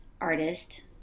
artist